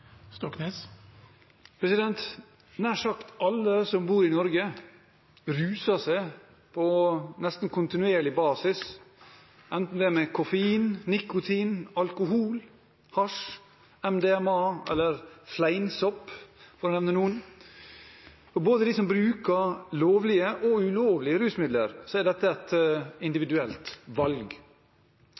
sagt alle som bor i Norge, ruser seg på nesten kontinuerlig basis, enten det er på koffein, nikotin, alkohol, hasj, MDMA eller fleinsopp, for å nevne noen. Og både for dem som bruker lovlige og ulovlige rusmidler, er dette et individuelt valg.